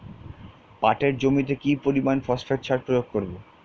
পাটের জমিতে কি পরিমান ফসফেট সার প্রয়োগ করব?